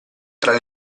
tra